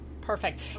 perfect